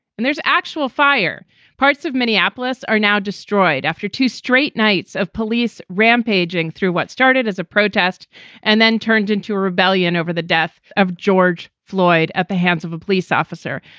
and there's actual fire parts of minneapolis are now destroyed after two straight nights of police rampaging through what started as a protest and then turned into a rebellion over the death of george floyd at the hands of a police officer.